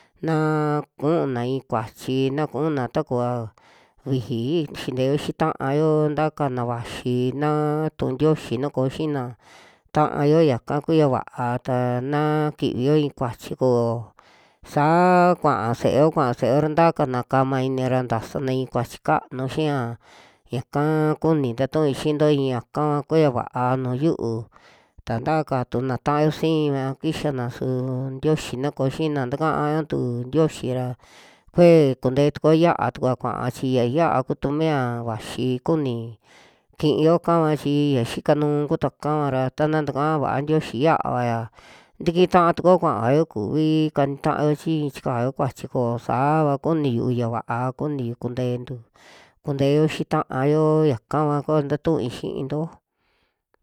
Naa kuna i'i kuachi, na kuna takua vixi xinteo xii taao ntakana vaxi na tu'u tioyi na koo xiina ta'ayo yaka kuya va'a, ta naa kivio i'i kuachi kuoo saa kua se'eo, kua se'o ntakana kama ini ra tasana i'in kuachi kanu xi'iya, yaka kuni ntatuui xiinto i'ika kua va'a nuju yiuu, ta taa katuna na'ayo siiva kixana su tioyi na koo xina takantu tioyi ra kuee kunte tukuo ya'a kuaa, chi ya xiaa kutu miiya vaxi kuni ki'iyo kavachi iya xika nuu kutua kava ra, ta na takaa vao tioyi ya'avaya, tiki taa tukuo kuavao kuvi kani ta'ao chi i'i chikao kuachi koo, saava kuniyu ya va'a, kuniyu kunteentu, kunteo xii ta'ayo yakava kua ntatu'ui xiinto.